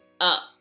up